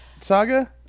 saga